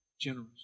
Generous